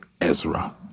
Ezra